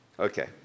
Okay